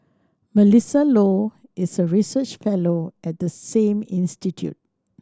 Melissa Low is a research fellow at the same institute